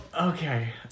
okay